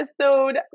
episode